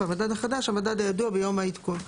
"המדד החדש" המדד הידוע ביום העדכון,